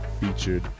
featured